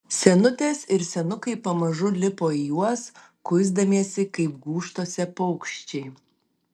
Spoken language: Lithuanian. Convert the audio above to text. senutės ir senukai pamažu lipo į juos kuisdamiesi kaip gūžtose paukščiai